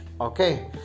Okay